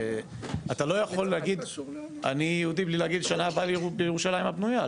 אתה לא יכול להגיד אני יהודי מבלי להגיד שנה הבאה בירושלים הבנויה,